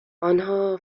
آنها